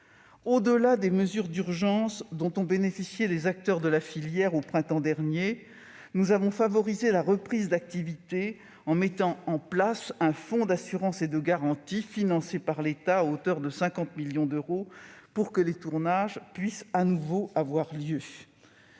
Au-delà des mesures d'urgence dont ont bénéficié les acteurs de la filière au printemps dernier, nous avons favorisé la reprise d'activité en mettant en place un fonds d'assurance et de garantie financé par l'État à hauteur de 50 millions d'euros, pour que les tournages puissent de nouveau avoir lieu.